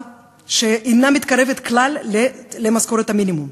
שאינה מתקרבת כלל למשכורת המינימום.